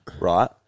right